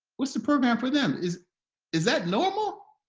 what's the program for them is is that normal